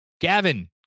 gavin